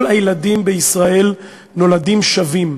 כל הילדים בישראל נולדים שווים.